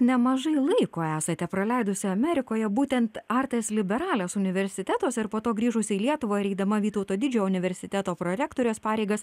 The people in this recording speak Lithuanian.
nemažai laiko esate praleidusi amerikoje būtent artes liberales universitetuose ir po to grįžusi į lietuvą ir eidama vytauto didžiojo universiteto prorektorės pareigas